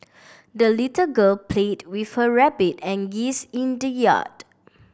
the little girl played with her rabbit and geese in the yard